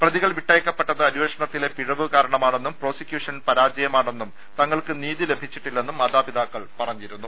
പ്രതികൾ വിട്ടയക്കപ്പെട്ടത് അന്വേഷണത്തിലെ പിഴവ് കാരണ മാണെന്നും പ്രോസിക്യൂഷൻ പരാജയമാണെന്നും തങ്ങൾക്ക് നീതി ലഭി ച്ചില്ലെന്നും മാതാപിതാക്കൾ പറഞ്ഞിരുന്നു